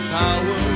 power